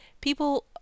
People